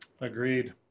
Agreed